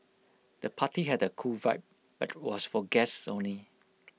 the party had A cool vibe but was for guests only